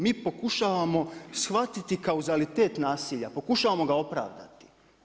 Mi pokušavamo shvatiti kauzalitet nasilja, pokušavamo ga opravdati.